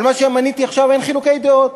על מה שמניתי עכשיו אין חילוקי דעות.